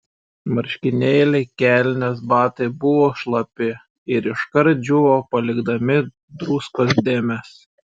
marškinėliai kelnės batai buvo šlapi ir iškart džiūvo palikdami druskos dėmes